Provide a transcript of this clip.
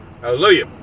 Hallelujah